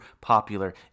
popular